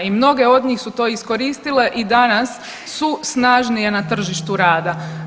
I mnoge od njih su to iskoristile i danas su snažnije na tržištu rada.